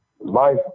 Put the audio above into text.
life